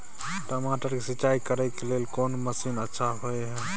टमाटर के सिंचाई करे के लेल कोन मसीन अच्छा होय है